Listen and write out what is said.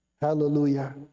Hallelujah